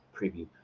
preview